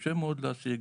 קשה מאוד להשיג.